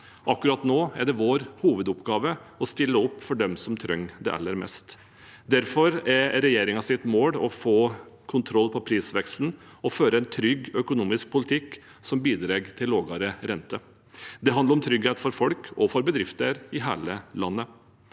Akkurat nå er det vår hovedoppgave å stille opp for dem som trenger det aller mest. Derfor er regjeringens mål å få kontroll på prisveksten og føre en trygg økonomisk politikk som bidrar til lavere rente. Det handler om trygghet for folk og bedrifter i hele landet.